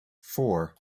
four